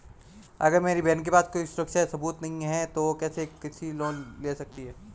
अगर मेरी बहन के पास कोई सुरक्षा या सबूत नहीं है, तो वह कैसे एक कृषि लोन ले सकती है?